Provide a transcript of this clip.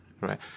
right